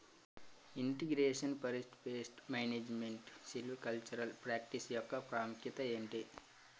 integration forest pest management silvicultural practice యెక్క ప్రాముఖ్యత ఏంటి